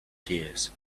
tears